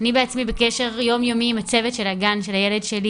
אני בעצמי בקשר יום יומי עם הצוות של הגן של הילד שלי,